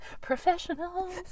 Professionals